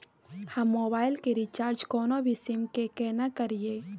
हम मोबाइल के रिचार्ज कोनो भी सीम के केना करिए?